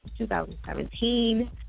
2017